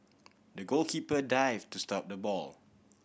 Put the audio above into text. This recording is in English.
the goalkeeper dived to stop the ball